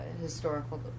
historical